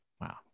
wow